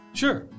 sure